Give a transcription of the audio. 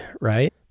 right